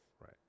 right